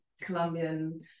Colombian